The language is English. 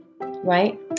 right